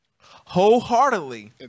wholeheartedly